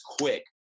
quick